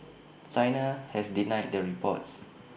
China has denied the reports